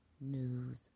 News